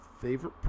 Favorite